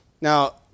Now